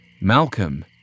Malcolm